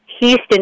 Houston